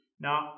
Now